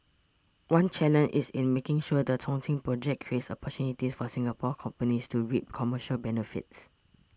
one challenge is in making sure the Chongqing project creates opportunities for Singapore companies to reap commercial benefits